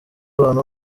abantu